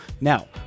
Now